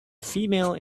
female